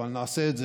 אבל נעשה את זה,